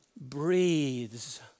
breathes